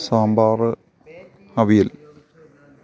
sambar avial